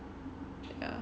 yeah